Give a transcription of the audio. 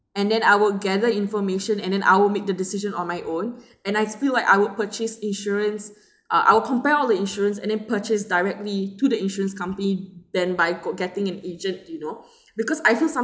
and then I would gather information and then I'll make the decision on my own and I feel like I would purchase insurance uh I will compare all the insurance and then purchase directly to the insurance company than by go getting an agent you know because I feel some